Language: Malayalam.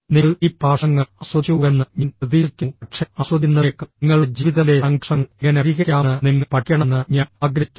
നിങ്ങൾ ഈ പ്രഭാഷണങ്ങൾ ആസ്വദിച്ചുവെന്ന് ഞാൻ പ്രതീക്ഷിക്കുന്നു പക്ഷേ ആസ്വദിക്കുന്നതിനേക്കാൾ നിങ്ങളുടെ ജീവിതത്തിലെ സംഘർഷങ്ങൾ എങ്ങനെ പരിഹരിക്കാമെന്ന് നിങ്ങൾ പഠിക്കണമെന്ന് ഞാൻ ആഗ്രഹിക്കുന്നു